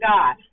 God